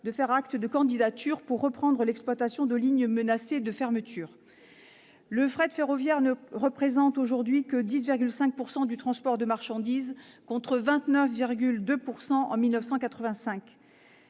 de faire acte de candidature pour reprendre l'exploitation de lignes menacées de fermeture. Le fret ferroviaire ne représente aujourd'hui que 10,5 % du transport de marchandises, contre 29,2 % en 1985.